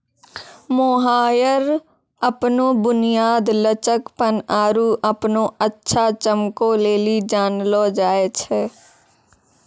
mohair अपनो बुनियाद, लचकपन आरु अपनो अच्छा चमको लेली जानलो जाय छै